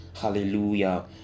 Hallelujah